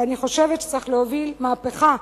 ואני חושבת שצריך להוביל מהפכה,